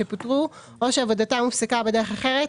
שפוטרו או שעבודתם הופסקה בדרך אחרת,